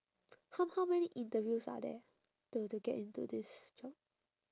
how how many interviews are there to to get into this job